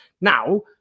Now